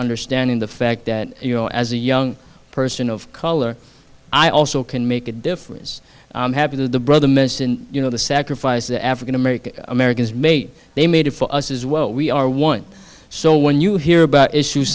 understanding the fact that you know as a young person of color i also can make a difference because the brother mentioned you know the sacrifices african american americans made they made it for us as well we are one so when you hear about issues